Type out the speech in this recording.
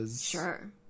Sure